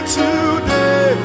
today